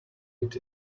eat